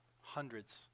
hundreds